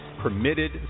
permitted